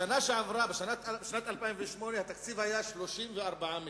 בשנה שעברה, בשנת 2008, התקציב היה 34 מיליון.